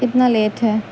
کتنا لیٹ ہے